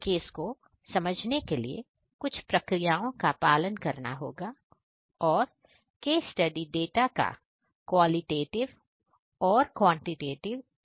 case को समझने के लिए कुछ प्रक्रियाओं का पालन करना होगा और केस स्टडी डाटा का क्वालिटेटिव देगा